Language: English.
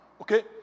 Okay